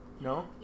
No